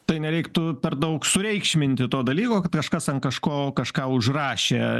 tai nereiktų per daug sureikšminti to dalyko kad kažkas ant kažko kažką užrašė